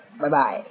Bye-bye